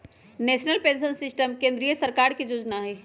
national pension system केंद्रीय सरकार के जोजना हइ